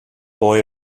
boy